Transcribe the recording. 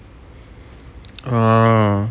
uh